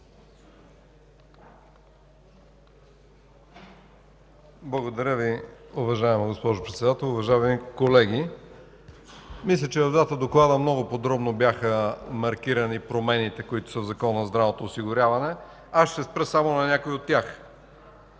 Благодаря Ви, уважаема госпожо Председател. Уважаеми колеги! Мисля, че в двата доклада много подробно бяха маркирани промените в Закона за здравното осигуряване. Ще се спра само на някои от тях.